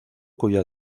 cuya